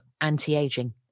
anti-aging